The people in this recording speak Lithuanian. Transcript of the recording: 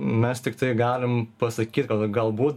mes tiktai galim pasakyt kad galbūt